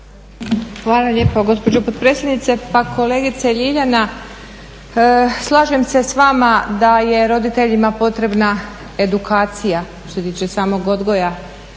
Hvala lijepo gospođo potpredsjednice. Pa kolegice Ljiljana, slažem se s vama da je roditeljima potrebna edukacija što se tiče samog odgoja